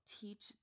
teach